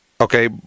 Okay